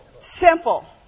simple